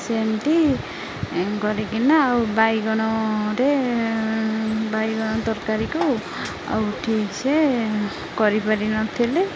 ସେମିତି କରିକିନା ଆଉ ବାଇଗଣରେ ବାଇଗଣ ତରକାରୀକୁ ଆଉ ଠିକସେ କରିପାରିନଥିଲି